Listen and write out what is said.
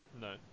No